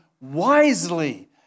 wisely